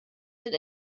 sind